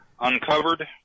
uncovered